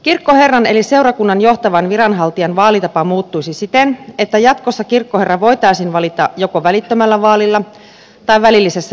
kirkkoherran eli seurakunnan johtavan viranhaltijan vaalitapa muuttuisi siten että jatkossa kirkkoherra voitaisiin valita joko välittömällä vaalilla tai välillisellä vaalilla